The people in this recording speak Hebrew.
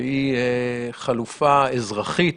שהיא חלופה אזרחית,